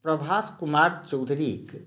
प्रभास कुमार चौधरीक